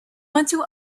unto